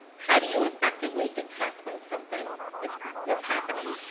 how do you effectively detect when something is is happening,